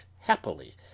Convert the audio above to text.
happily